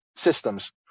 Systems